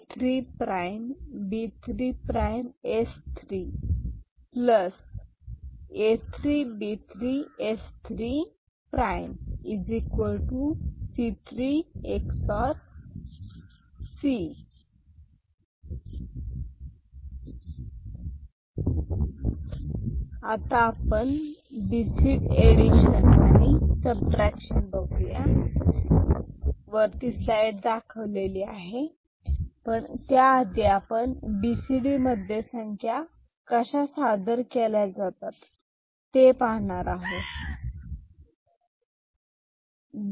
O A3'B3'S3 A3B3S3' C3⊕C आता आपण BCD addition आणि सबट्रॅक्शन बघूया पण त्याआधी आपण बीसीडी मध्ये संख्या कशा सादर केल्या जातात ते पाहणार आहोत